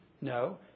No